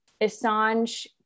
Assange